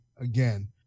again